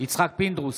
יצחק פינדרוס,